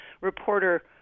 reporter